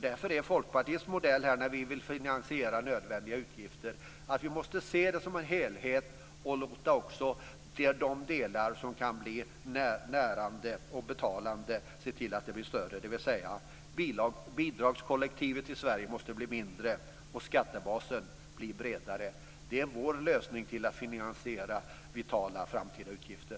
Därför är Folkpartiets modell för hur vi vill finansiera nödvändiga utgifter att vi måste se det som en helhet och också se till att de delar som kan bli närande och betalande blir större. Det betyder att bidragskollektivet i Sverige måste bli mindre och skattebasen bredare. Det är vår lösning för att finansiera vitala framtida utgifter.